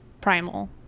Primal